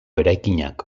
eraikinak